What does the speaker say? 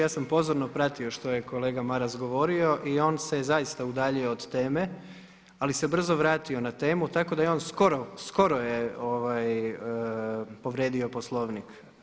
Ja sam pozorno pratio što je kolega Maras govorio i on se zaista udaljio od teme, ali se brzo vratio na temu, tako da je on skoro, skoro je povrijedio Poslovnik.